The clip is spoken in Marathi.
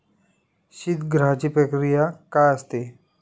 शीतगृहाची प्रक्रिया काय असते?